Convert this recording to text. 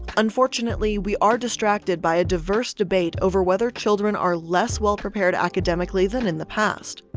unfortunately, we are distracted by a diverse debate over whether children are less well-prepared academically than in the past.